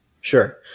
sure